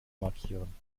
markieren